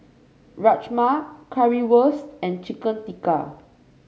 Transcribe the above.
Rajma Currywurst and Chicken Tikka